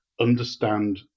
understand